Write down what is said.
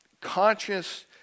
conscious